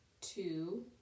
two